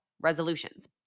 resolutions